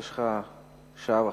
יש לך שעה וחצי.